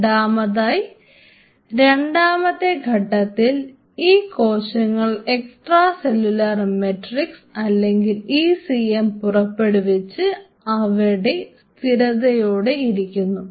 രണ്ടാമതായി രണ്ടാമത്തെ ഘട്ടത്തിൽ ഈ കോശങ്ങൾ എക്സ്ട്രാ സെല്ലുലാർ മെട്രിക്സ് അല്ലെങ്കിൽ ECM പുറപ്പെടുവിച്ച് അവിടെ സ്ഥിരതയോടെ ഇരിക്കുന്നു